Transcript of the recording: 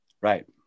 right